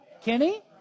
Kenny